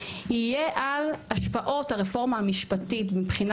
יהיה על השפעות הרפורמה המשפטית מבחינה